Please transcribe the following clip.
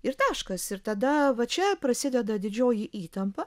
ir taškas ir tada va čia prasideda didžioji įtampa